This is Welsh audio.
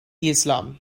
islam